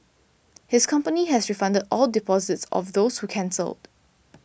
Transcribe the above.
his company has refunded all deposits of those who cancelled